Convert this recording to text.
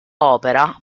opera